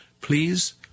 Please